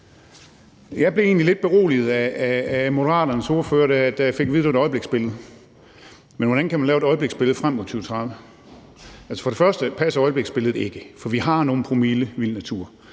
Jeg blev egentlig lidt beroliget af Moderaternes ordfører, da jeg fik at vide, at det var et øjebliksbillede. Men hvordan kan man lave et øjebliksbillede frem mod 2030? For det første passer øjebliksbilledet ikke. For vi har nogle promille vild natur,